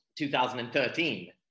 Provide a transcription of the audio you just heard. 2013